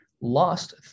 lost